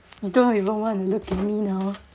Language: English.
you don't even wanna look at me now